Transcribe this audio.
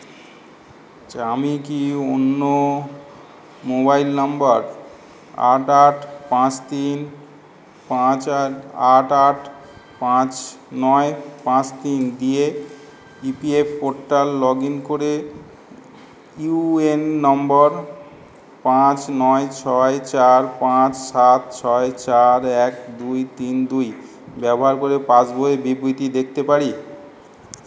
আমি কি অন্য মোবাইল নম্বর আট আট পাঁচ তিন পাঁচ আট আট আট পাঁচ নয় পাঁচ তিন দিয়ে E P F portal log in করে ইউ এন নম্বর পাঁচ নয় ছয় চার পাঁচ সাত ছয় চার এক দুই তিন দুই ব্যবহার করে পাসবইয়ের বিবৃতি দেখতে পারি